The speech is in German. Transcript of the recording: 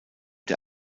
der